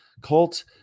cult